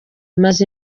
maze